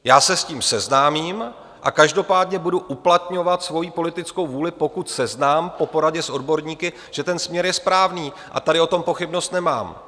Já se s tím seznámím a každopádně budu uplatňovat svoji politickou vůli, pokud seznám po poradě s odborníky, že ten směr je správný, a tady o tom pochybnost nemám.